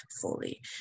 fully